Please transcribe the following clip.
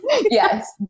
Yes